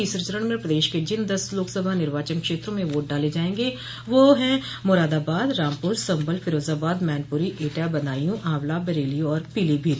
तीसरे चरण में प्रदेश क जिन दस लोकसभा निर्वाचन क्षेत्रों में वोट डाले जायेंगे वह हैं मुरादाबाद रामपुर संभल फिरोजाबाद मैनपुरी एटा बदायू आंवला बरेली और पीलीभीत